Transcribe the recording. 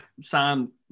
sign